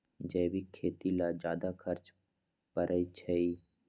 जैविक खेती ला ज्यादा खर्च पड़छई?